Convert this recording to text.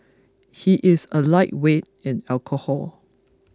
he is a lightweight in alcohol